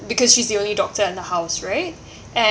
because she's the only doctor in the house right and